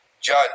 judge